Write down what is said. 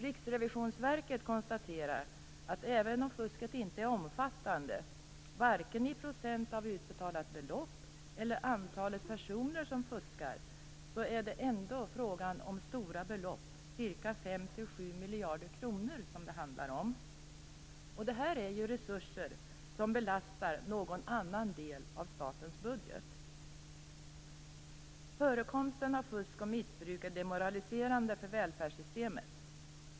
Riksrevisionsverket konstaterar att även om fusket inte är omfattande, vare sig i procent av utbetalat belopp eller antalet personer som fuskar, så är det ändå fråga om stora belopp - 5-7 miljarder kronor. Detta är resurser som måste tas från någon annan del av statens budget. Förekomsten av fusk och missbruk är demoraliserande för välfärdssystemet.